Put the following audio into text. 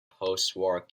postwar